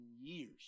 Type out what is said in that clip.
years